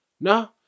no